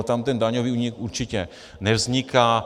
Tam ten daňový únik určitě nevzniká.